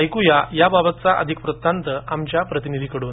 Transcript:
ऐकुया याबाबतचा अधिक वृत्तांत आमच्या प्रतिनिधीकडून